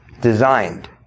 designed